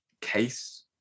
case